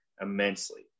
immensely